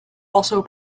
also